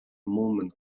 movement